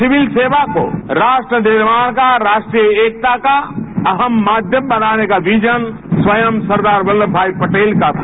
सिविलसेवा को राष्ट्र निर्माण का राष्ट्रीय एकता का अह्न माध्यम बनाने का विजन स्वयंसरदार वल्लभ भाई पटेल का था